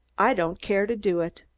i don't care to do it.